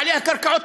בעלי הקרקעות,